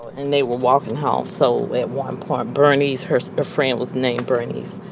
and they were walking home, so at one point bernice, her friend was named bernice,